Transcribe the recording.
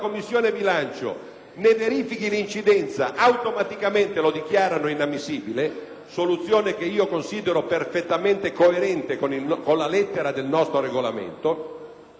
ne verifichi l'incidenza, automaticamente lo dichiarano inammissibile - soluzione che considero perfettamente coerente con la lettera del nostro Regolamento - oppure